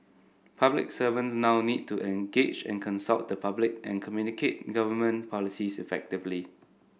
public servants now need to engage and consult the public and communicate government policies effectively